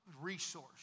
Resource